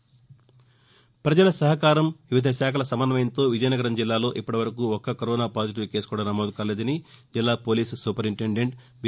ప్రపజల సహకారం వివిధ శాఖల సమన్వయంతో విజయనగరం జిల్లాలో ఇప్పటివరకు ఒక్క కరోనా పాజిటివ్ కేసు కూడా నమోదు కాలేదని జిల్లా పోలీసు సూపరింటిండెంట్ బి